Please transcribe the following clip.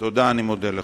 תודה, אני מודה לך.